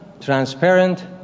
transparent